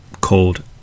called